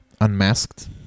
unmasked